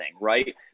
Right